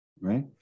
right